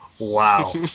Wow